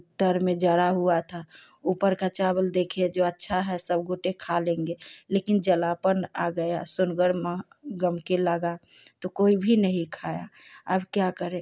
तर में जला हुआ था ऊपर का चावल देखे जो अच्छा है सब बोले खा लेंगे लेकिन जलापन आ गया सोनगर मह गमकने लगा तो कोई भी नहीं खाया अब क्या करें